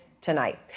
tonight